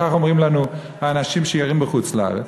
כך אומרים לנו האנשים שגרים בחוץ-לארץ,